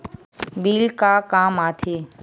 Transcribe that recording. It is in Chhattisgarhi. बिल का काम आ थे?